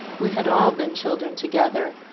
we had all been children together,